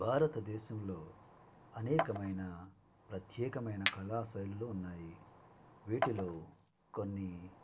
భారతదేశంలో అనేకమైన ప్రత్యేకమైన కళాశైలులు ఉన్నాయి వీటిలో కొన్ని